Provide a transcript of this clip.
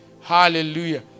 Hallelujah